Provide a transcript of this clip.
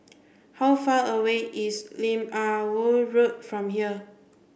how far away is Lim Ah Woo Road from here